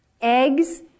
eggs